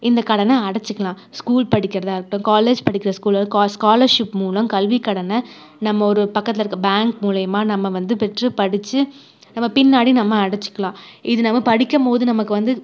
இந்தக் கடனை அடச்சுக்கலாம் ஸ்கூல் படிக்கிறதா இருக்கட்டும் காலேஜ் படிக்கிற ஸ்கூல் ஸ்கா ஸ்காலர்ஷிப் மூலம் கல்விக் கடனை நம்ம ஒரு பக்கத்தில் இருக்கற பேங்க் மூலிமா நம்ம வந்து பெற்று படித்து நம்ம பின்னாடி நம்ம அடச்சுக்கலாம் இது நம்ம படிக்கும் போது நமக்கு வந்து